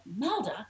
Melda